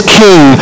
king